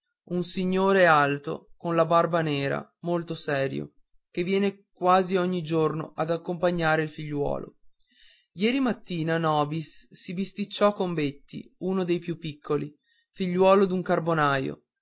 un signore alto con tutta la barba nera molto serio che viene quasi ogni giorno ad accompagnare il figliuolo ieri mattina nobis si bisticciò con betti uno dei più piccoli figliuolo d'un